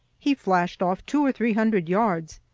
he flashed off two or three hundred yards,